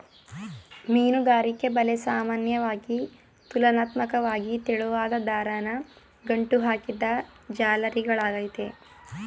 ಮೀನುಗಾರಿಕೆ ಬಲೆ ಸಾಮಾನ್ಯವಾಗಿ ತುಲನಾತ್ಮಕ್ವಾಗಿ ತೆಳುವಾದ್ ದಾರನ ಗಂಟು ಹಾಕಿದ್ ಜಾಲರಿಗಳಾಗಯ್ತೆ